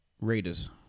Raiders